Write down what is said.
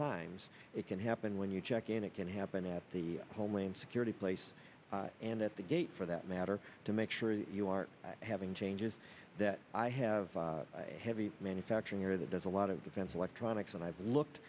times it can happen when you check in it can happen at the homeland security place and at the gate for that matter to make sure you aren't having changes that i have heavy manufacturing or that does a lot of defense electronics and i've looked